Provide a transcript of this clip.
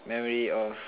marry of